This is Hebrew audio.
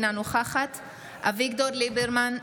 אינה נוכחת אביגדור ליברמן,